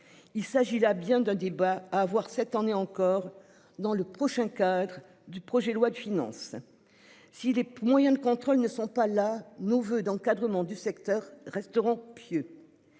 Il s'agit là bien d'un débat à avoir, cette année encore dans le prochain cadre du projet de loi de finances. Si les moyens de contrôle ne sont pas là. Nos voeux d'encadrement du secteur resteront pieux.